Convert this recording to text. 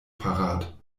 parat